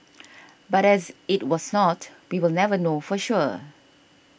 but as it was not we will never know for sure